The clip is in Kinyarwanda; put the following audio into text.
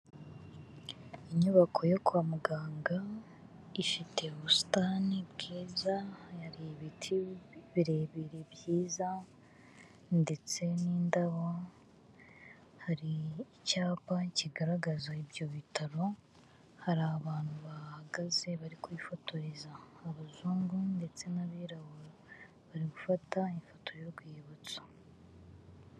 Inyubako yo kwa muganga, ifite ubusitani bwiza, hari ibiti birebire byiza ndetse n'indabo. Hari icyapa kigaragaza ibyo bitaro, hari abantu bahagaze bari kuhifotoreza, abazungu ndetse n'abirabura, bari gufata ifoto y'urwibutso.